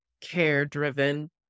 care-driven